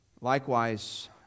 Likewise